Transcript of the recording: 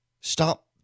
Stop